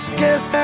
guess